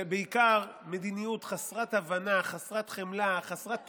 ובעיקר מדיניות חסרת הבנה, חסרת חמלה, חסרת תועלת.